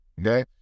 Okay